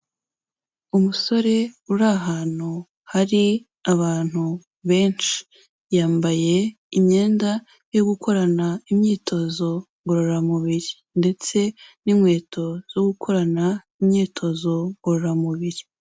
Umusore uri ahantu hari abantu benshi, yambaye imyenda yo gukorana imyitozo ngororamubiri ndetse n'inkweto zo gukorana imyitozo ngororamubiri.